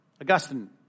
Augustine